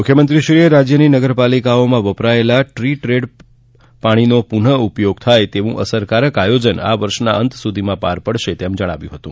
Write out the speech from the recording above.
મુખ્યમંત્રીએ રાજ્યની નગરપાલિકાઓમાં વપરાયેલા ટ્રી ટ્રેડ પાણીનો પુનઃ ઉપયોગ થાય તેવું અસરકારક આયોજન આ વર્ષના અંત સુધીમાં પાર પડશે તેમ જણાવ્યું હતું